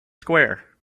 square